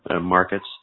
markets